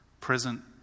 present